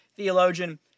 theologian